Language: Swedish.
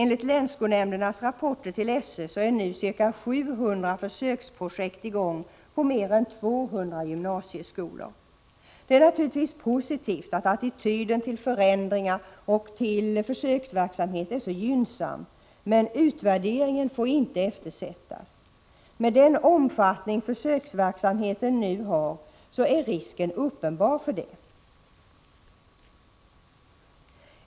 Enligt länsskolnämndernas rapporter till SÖ är nu ca 700 försöksprojekt i gång på mer än 200 gymnasieskolor. Det är naturligtvis positivt att attityden till förändringar och till försöksverksamhet är så gynnsam, men utvärderingen får inte eftersättas. Med den omfattning försöksverksamheten nu har är risken härför uppenbar.